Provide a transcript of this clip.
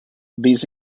these